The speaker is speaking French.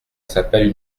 s’appelle